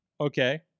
Okay